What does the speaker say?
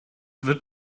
wird